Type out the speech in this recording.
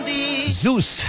Zeus